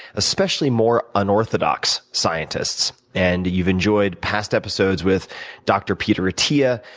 especially more unorthodox scientists. and you've enjoyed past episodes with dr. peter attia,